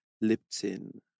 Lipton